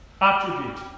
attribute